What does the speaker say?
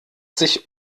sich